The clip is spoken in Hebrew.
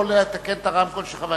ברמקול.